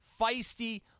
feisty